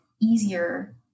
easier